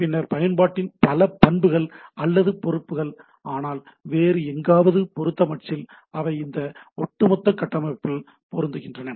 பின்னர் பயன்பாட்டின் பல பண்புகள் அல்லது பொறுப்புகள் ஆனால் வேறு எங்காவது பொருத்த முயற்சித்தால் அவை இந்த ஒட்டுமொத்த கட்டமைப்பில் பொருந்துகின்றன